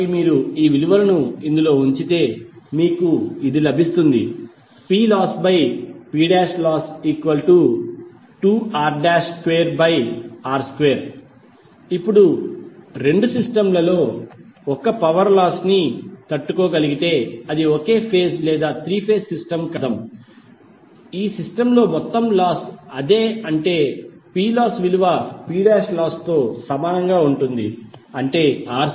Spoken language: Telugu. కాబట్టి మీరు ఈ విలువలను ఇందులో ఉంచితే మీకు ఇది లభిస్తుంది PlossPloss2r2r2 ఇప్పుడు రెండు సిస్టమ్ లలో ఒకే పవర్ లాస్ ని తట్టుకోగలిగితే అది ఒకే ఫేజ్ లేదా త్రీ ఫేజ్ సిస్టమ్ కాదా అని అర్థం ఈ సిస్టమ్ లో మొత్తం లాస్ అదే అంటే Ploss విలువ Plossతో సమానంగా ఉంటుంది అంటే r22r2